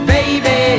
Baby